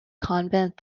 convent